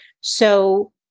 So-